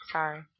Sorry